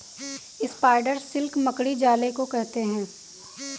spider silk मकड़ी जाले को कहते हैं